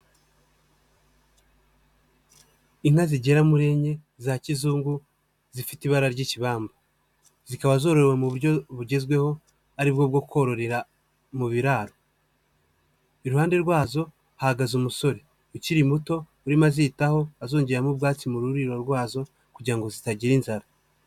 Inka zigera muri enye za kizungu. Zifite ibara ry'ikibamba. Zikaba zorowe mu buryo bugezweho ari bwo, bwo kororera mu biraro. Iruhande rwazo hahagaze umusore ukiri muto urimo azitaho, azongeramo ubwatsi mu ruriro rwazo kugira ngo zitagira inzara.